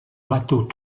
bateau